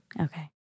Okay